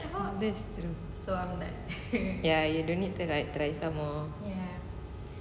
that's true ya you don't need to like try some more